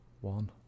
one